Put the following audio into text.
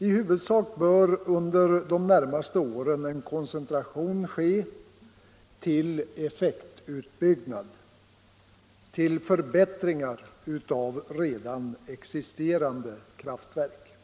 I huvudsak bör under de närmaste åren en koncentration ske till effektutbyggnad, till förbättringar av redan existerande kraftverk.